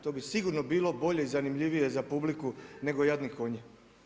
To bi sigurno bilo bolje i zanimljivije za publiku nego jadni konji.